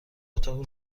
اتاقی